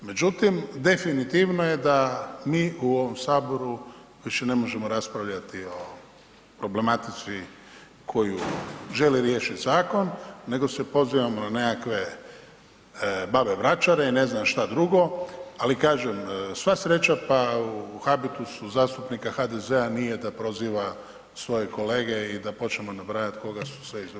Međutim, definitivno je da mi u ovom saboru više ne možemo raspravljati o problematici koju želi riješiti zakon nego se pozivamo na nekakve babe vračare i ne znam šta drugo, ali kažem sva sreća pa u habitusu zastupnika HDZ-a nije da proziva svoje kolege i da počnemo nabrajati koga su sve iz